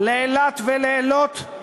לאילת ולאילות,